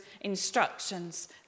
instructions